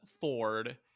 Ford